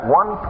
one